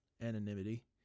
anonymity